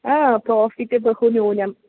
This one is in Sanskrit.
आ प्रोफ़िट् बहु न्यूनम्